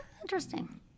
Interesting